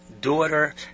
daughter